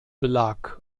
belag